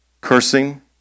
cursing